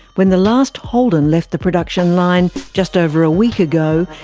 when the last holden left the production line just over a week ago,